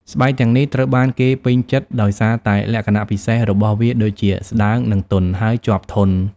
ស្បែកទាំងនេះត្រូវបានគេពេញចិត្តដោយសារតែលក្ខណៈពិសេសរបស់វាដូចជា ស្តើង និងទន់ ហើយជាប់ធន់។